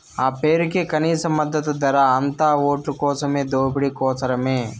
ఆ పేరుకే కనీస మద్దతు ధర, అంతా ఓట్లకోసం దోపిడీ కోసరమే